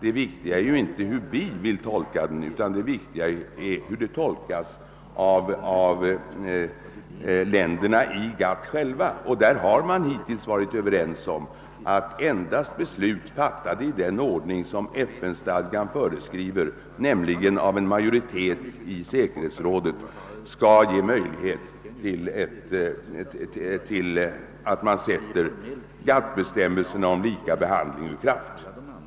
Det viktiga är inte hur man här vill tolka den utan hur den tolkas av länderna i GATT. Där har man hittills varit överens om att endast beslut, fattade i den ordning som FN-stadgan föreskriver, nämligen av en majoritet i säkerhetsrådet, skall ge möjlighet att sätta GATT-bestämmelserna om lika behandling ur kraft.